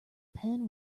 pen